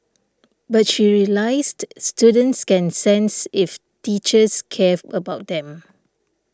but she realised students can sense if teachers cares about them